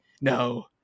no